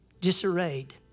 disarrayed